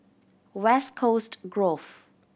West Coast Grove